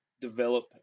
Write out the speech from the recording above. develop